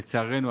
לצערנו,